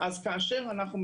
אז כאשר אנחנו